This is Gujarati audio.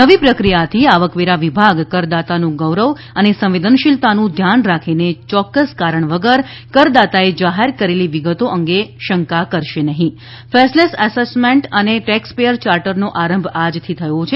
નવી પ્રક્રિયાથી આવકવેરા વિભાગ કરદાતાનું ગૌરવ અને સંવેદનશીલતાનું ધ્યાન રાખીને ચોક્કસ કારણ વગર કરદાતાએ જાહેર કરેલી વિગતો અંગે શંકા કરશે નહિ ફેસલેસ એસેસમેન્ટ અને ટેક્સપેયર ચાર્ટરનો આરંભ આજથી થયો છે